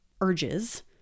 urges